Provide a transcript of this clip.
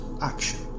action